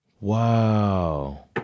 Wow